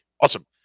Awesome